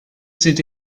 sind